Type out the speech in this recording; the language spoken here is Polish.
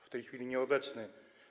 W tej chwili nieobecny.